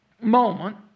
moment